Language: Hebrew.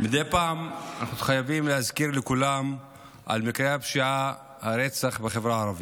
מדי פעם אנחנו חייבים להזכיר לכולם את מקרי הפשיעה והרצח בחברה הערבית.